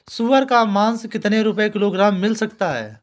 सुअर का मांस कितनी रुपय किलोग्राम मिल सकता है?